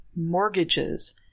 mortgages